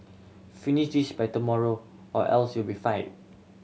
finish this by tomorrow or else you'll be fire